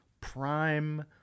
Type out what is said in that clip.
prime